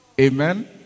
Amen